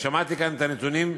ושמעתי כאן את הנתונים,